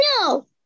No